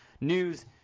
news